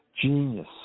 genius